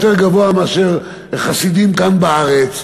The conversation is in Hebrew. יותר גבוה מאשר של חסידים כאן בארץ,